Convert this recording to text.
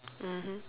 mmhmm